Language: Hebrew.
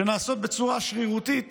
שנעשות בצורה שרירותית